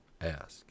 ask